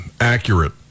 accurate